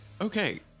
Okay